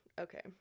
okay